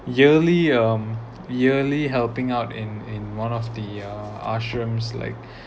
yearly um yearly helping out in in in one of the uh ashrams like